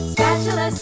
Spatula